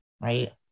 right